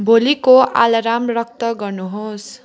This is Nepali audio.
भोलिको अलार्म रद्द गर्नुहोस्